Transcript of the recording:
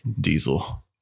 Diesel